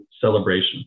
celebration